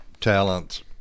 talents